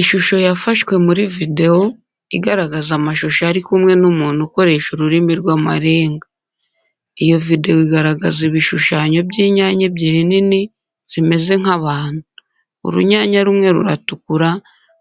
Ishusho yafashwe muri videwo, igaragaza amashusho ari kumwe n'umuntu ukoresha ururimi rw'amarenga. Iyo videwo igaragaza ibishushanyo by'inyanya ebyiri nini, zimeze nk'abantu. Urunyanya rumwe ruratukura,